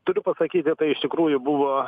turiu pasakyti tai iš tikrųjų buvo